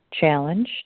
challenge